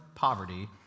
Poverty